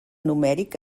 numèric